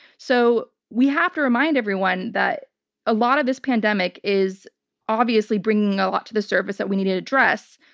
so we have to remind everyone that a lot of this pandemic is obviously bringing a lot to the surface that we need to address.